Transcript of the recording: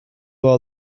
all